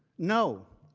no,